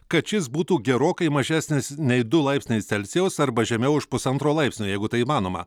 kad šis būtų gerokai mažesnis nei du laipsniai celsijaus arba žemiau už pusantro laipsnio jeigu tai įmanoma